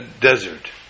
desert